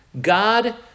God